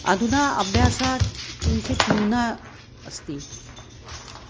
अधुना अभ्यासः किञ्चित् न्यूनः अस्ति